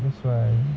that's why